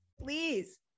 please